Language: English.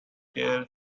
care